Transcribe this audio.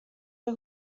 der